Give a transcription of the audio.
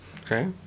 Okay